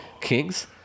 Kings